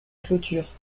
clôture